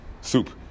Soup